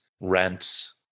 rents